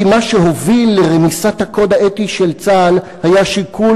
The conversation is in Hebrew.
כי מה שהוביל לרמיסת הקוד האתי של צה"ל היה שיקול